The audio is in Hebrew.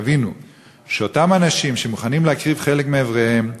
יבינו שאותם אנשים שמוכנים להקריב חלק מאיבריהם,